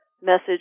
message